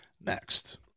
next